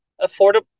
affordable